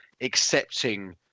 accepting